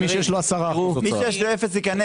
מי שיש לו אפס ייכנס.